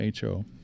HO